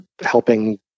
helping